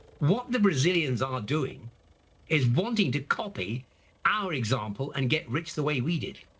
what the brazilians are doing is wanting to copy our example and get rich the way we did.